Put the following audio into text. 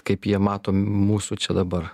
kaip jie mato mūsų čia dabar